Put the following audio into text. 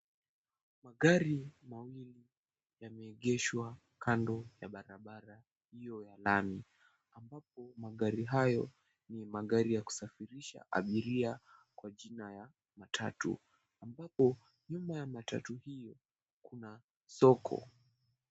Magari mawili yameegeshwa kando ya barabara hio ya lami amabapo magari hayo ni magari ya kusafirisha abiria kwa jina ya matatu ambapo nyuma ya matatu hio kuna soko.